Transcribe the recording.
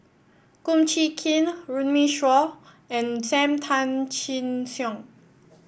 Kum Chee Kin Runme Shaw and Sam Tan Chin Siong